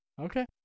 Okay